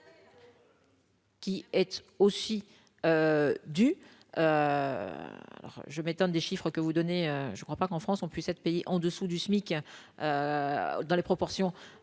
Qui êtes aussi du. Alors je m'étonne des chiffres que vous donnez, je ne crois pas qu'en France on puisse être payé en dessous du SMIC dans les proportions